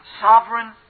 Sovereign